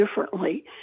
differently